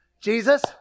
Jesus